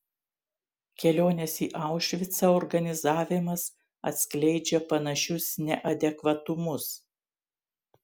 kelionės į aušvicą organizavimas atskleidžia panašius neadekvatumus